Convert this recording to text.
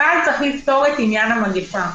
אבל צריך לפתור את עניין המגפה.